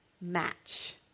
match